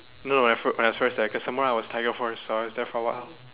no when I I was first there cause some more I was tiger force so I was there for a while